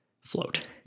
float